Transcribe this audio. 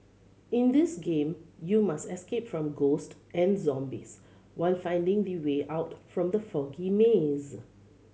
in this game you must escape from ghost and zombies while finding the way out from the foggy maze